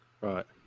Right